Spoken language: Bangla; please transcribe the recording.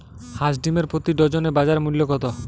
হাঁস ডিমের প্রতি ডজনে বাজার মূল্য কত?